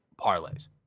parlays